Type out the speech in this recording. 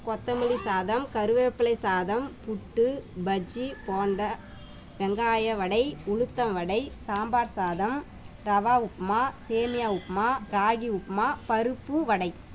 கொத்தமல்லி சாதம் கருவேப்பிலை சாதம் புட்டு பஜ்ஜி போண்டா வெங்காய வடை உளுத்தம் வடை சாம்பார் சாதம் ரவா உப்புமா சேமியா உப்புமா ராகி உப்புமா பருப்பு வடை